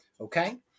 okay